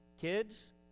Kids